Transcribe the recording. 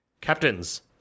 Captains